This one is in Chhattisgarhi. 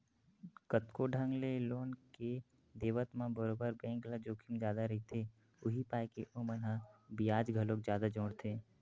कतको ढंग के लोन के देवत म बरोबर बेंक ल जोखिम जादा रहिथे, उहीं पाय के ओमन ह बियाज घलोक जादा जोड़थे